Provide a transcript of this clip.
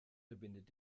verbindet